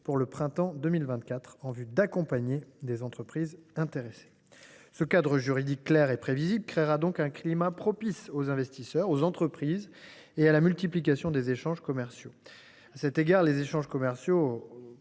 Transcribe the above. pour le printemps 2024 afin d’accompagner les entreprises intéressées. Ce cadre juridique clair et prévisible créera un climat propice aux investisseurs, aux entreprises et à la multiplication des échanges commerciaux. Ceux ci ont atteint